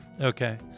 Okay